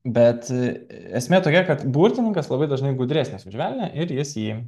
bet esmė tokia kad burtininkas labai dažnai gudresnis už velnią ir jis jį